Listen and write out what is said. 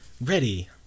Ready